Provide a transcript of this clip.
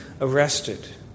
arrested